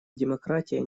демократии